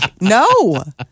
No